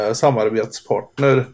samarbetspartner